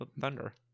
Thunder